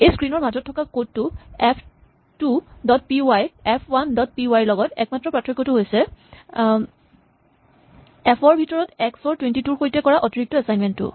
এই স্ক্ৰীণ ৰ মাজত থকা কড টো F two dot P Y F one dot P Y ৰ লগত একমাত্ৰ পাৰ্থক্যটো হৈছে এফ ৰ ভিতৰত এক্স ৰ ২২ ৰ সৈতে কৰা অতিৰিক্ত এচাইনমেন্ট টো